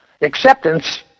acceptance